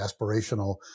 aspirational